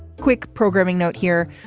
quick programming note here,